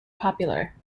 popular